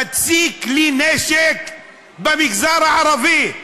חצי מיליון כלי נשק במגזר הערבי,